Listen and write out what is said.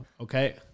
Okay